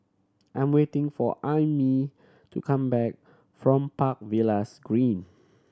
I'm waiting for Aimee to come back from Park Villas Green